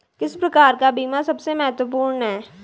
किस प्रकार का बीमा सबसे महत्वपूर्ण है?